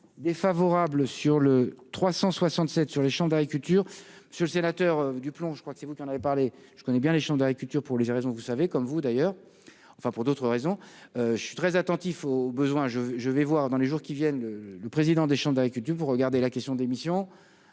défavorable sur le 367 sur les champs d'agriculture ce le sénateur du plomb, je crois que c'est vous qui en avait parlé, je connais bien les chambres d'agriculture pour les raisons que vous savez comme vous d'ailleurs, enfin, pour d'autres raisons, je suis très attentif aux besoins, je, je vais voir dans les jours qui viennent, le président des chambres d'agriculture, vous regardez la question d'émission,